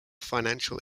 financial